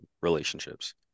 relationships